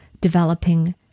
developing